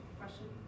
question